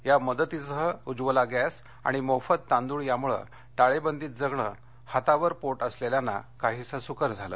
या मदतीसह उज्वला गॅस आणि मोफत तांदूळ यामुळे टाळेबंदीत जगणं हातावर पोट असलेल्यांना काहीसं सुकर झालं